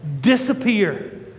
disappear